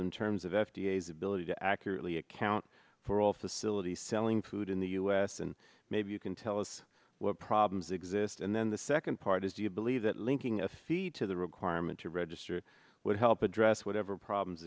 in terms of f d a is ability to accurately account for all facilities selling food in the u s and maybe you can tell us what problems exist and then the second part is do you believe that linking a fee to the requirement to register would help address whatever problems